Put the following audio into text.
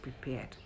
prepared